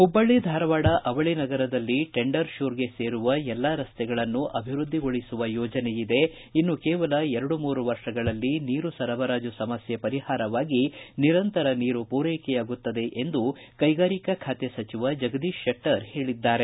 ಹುಬ್ವಳ್ಳಿ ಧಾರವಾಡ ಅವಳಿ ನಗರದಲ್ಲಿ ಟೆಂಡರ್ ಶೂರ್ಗೆ ಸೇರುವ ಎಲ್ಲಾ ರಸ್ತೆಗಳನ್ನು ಅಭಿವೃದ್ಧಿಗೊಳಿಸುವ ಯೋಜನೆಯಿದೆ ಇನ್ನು ಕೇವಲ ಎರಡು ಮೂರು ವರ್ಷಗಳಲ್ಲಿ ನೀರು ಸರಬರಾಜು ಸಮಸ್ಕೆ ಪರಿಹಾರವಾಗಿ ನಿರಂತರ ನೀರು ಪೂರೈಕೆಯಾಗುತ್ತದೆ ಎಂದು ಕೈಗಾರಿಕಾ ಖಾತೆ ಸಚಿವ ಜಗದೀಶ್ ಶೆಟ್ಟರ್ ಹೇಳಿದ್ದಾರೆ